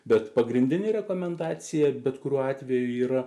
bet pagrindinė rekomendacija bet kuriuo atveju yra